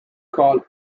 called